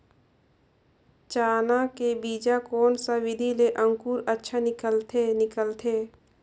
चाना के बीजा कोन सा विधि ले अंकुर अच्छा निकलथे निकलथे